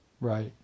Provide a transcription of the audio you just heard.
Right